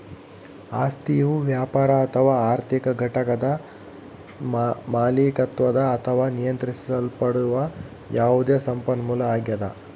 ಆಸ್ತಿಯು ವ್ಯಾಪಾರ ಅಥವಾ ಆರ್ಥಿಕ ಘಟಕದ ಮಾಲೀಕತ್ವದ ಅಥವಾ ನಿಯಂತ್ರಿಸಲ್ಪಡುವ ಯಾವುದೇ ಸಂಪನ್ಮೂಲ ಆಗ್ಯದ